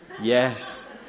Yes